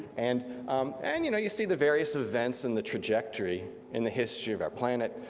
and and you know you see the various events and the trajectory in the history of our planet,